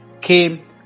came